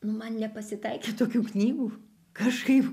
man nepasitaikė tokių knygų kažkaip